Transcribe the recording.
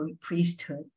priesthood